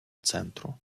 центру